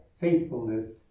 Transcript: faithfulness